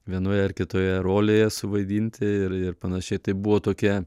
vienoje ar kitoje rolėje suvaidinti ir ir panašiai tai buvo tokia